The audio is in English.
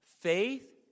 Faith